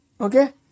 okay